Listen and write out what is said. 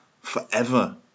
forever